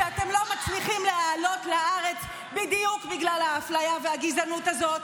שאתם לא מצליחים להעלות לארץ בדיוק בגלל האפליה והגזענות האלה,